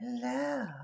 Hello